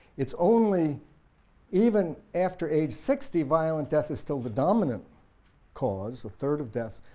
it's only even after age sixty violent death is still the dominant cause, a third of deaths,